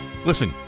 Listen